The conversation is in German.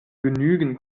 genügend